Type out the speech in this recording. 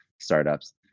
startups